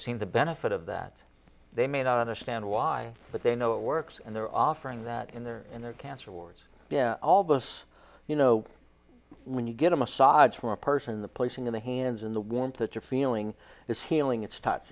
seen the benefit of that they may not understand why but they know it works and they're offering that in their in their cancer wards yeah all this you know when you get a massage from a person the placing of the hands in the warmth that you're feeling is healing it's touch